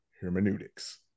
hermeneutics